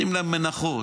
נותנים להם מנחות,